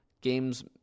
games